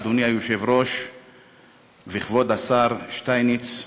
אדוני היושב-ראש וכבוד השר שטייניץ,